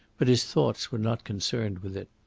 but his thoughts were not concerned with it.